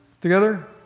together